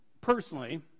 personally